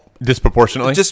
Disproportionately